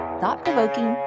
thought-provoking